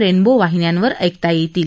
rainbow वाहिन्यांवर ऐकता येईल